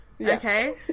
okay